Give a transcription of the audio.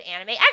anime